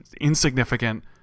insignificant